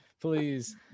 Please